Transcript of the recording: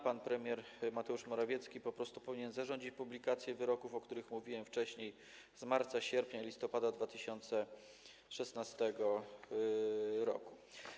Pan premier Mateusz Morawiecki po prostu powinien zarządzić publikację wyroków, o których mówiłem wcześniej, z marca, sierpnia i listopada 2016 r.